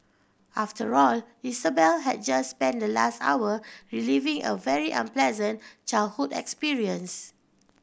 after all Isabel had just spent the last hour reliving a very unpleasant childhood experience